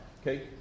Okay